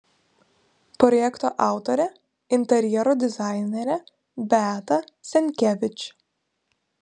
projekto autorė interjero dizainerė beata senkevič